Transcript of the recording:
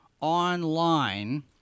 online